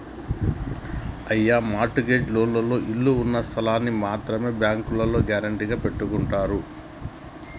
అయ్యో mortgage లోన్లకు ఇళ్ళు ఉన్నస్థలాల్ని మాత్రమే బ్యాంకోల్లు గ్యారెంటీగా పెట్టుకుంటారు